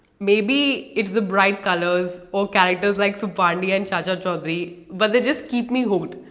may be it's the bright colours or characters like suppandi and chacha chaudhary, but they just keep me hooked.